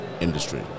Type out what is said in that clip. industry